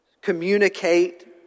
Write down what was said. communicate